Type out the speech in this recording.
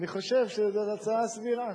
אני חושב שזאת הצעה סבירה.